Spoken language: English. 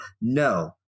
No